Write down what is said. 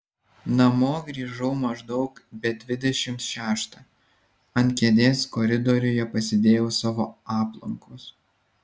namo grįžau maždaug be dvidešimt šeštą ant kėdės koridoriuje pasidėjau savo aplankus